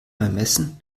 ermessen